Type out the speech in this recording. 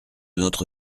notre